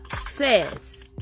says